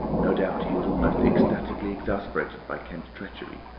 no doubt he was almost ecstatically exasperated by kemp's treachery,